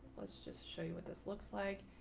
let's just show you what this looks like,